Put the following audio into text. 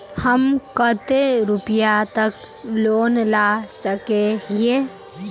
हम कते रुपया तक लोन ला सके हिये?